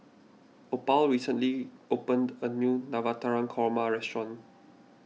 Opal recently opened a new Navratan Korma restaurant